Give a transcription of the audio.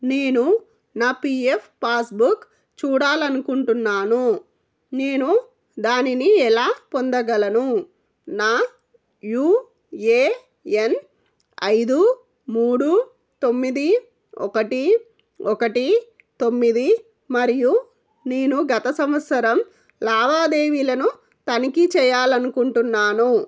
నేను నా PF passbook చూడాలనుకుంటున్నాను నేను దానిని ఎలా పొందగలను నా యూఏఎన్ ఐదు మూడు తొమ్మిది ఒకటి ఒకటి తొమ్మిది మరియు నేను గత సంవత్సరం లావాదేవీలను తనిఖీ చెయ్యాలనుకుంటున్నాను